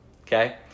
Okay